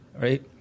right